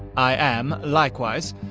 i am, likewise,